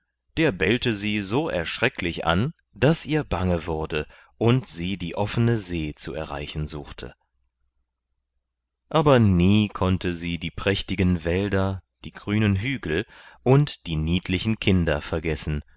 der bellte sie so erschrecklich an daß ihr bange wurde und sie die offene see zu erreichen suchte aber nie konnte sie die prächtigen wälder die grünen hügel und die niedlichen kinder vergessen